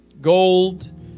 gold